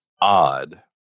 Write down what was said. odd